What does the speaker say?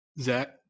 zach